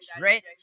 right